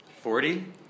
Forty